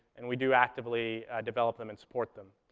and we do actively develop them and support them.